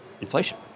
inflation